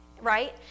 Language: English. right